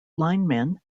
lineman